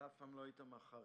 אתה אף פעם לא היית מהחרדים.